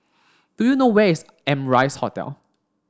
do you know where is Amrise Hotel